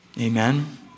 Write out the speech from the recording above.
Amen